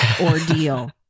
ordeal